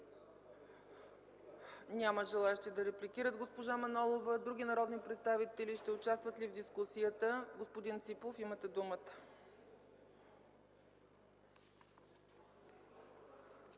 Няма желаещи да репликират госпожа Манолова. Други народни представители ще участват ли в дискусията? Господин Ципов, имате думата.